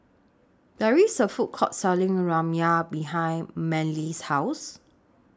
There IS A Food Court Selling Ramyeon behind Manley's House